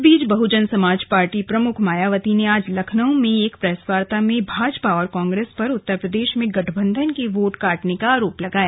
इस बीच बहुजन समाज पार्टी प्रमुख मायावती ने आज लखनऊ में एक प्रेस वार्ता में भाजपा और कांग्रेस पर उत्तर प्रदेश में गठबंधन के वोट काटने का आरोप लगाया